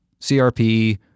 CRP